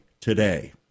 today